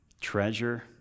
treasure